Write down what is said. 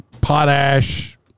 potash